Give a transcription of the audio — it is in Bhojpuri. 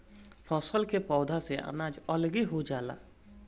फसल के पौधा से अनाज अलगे हो जाला